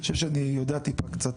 אני חושב שאני יודע קצת,